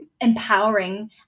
empowering